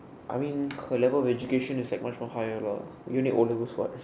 I mean her level of education is like much more higher lah we only have o-levels [what]